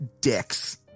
Dicks